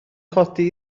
codi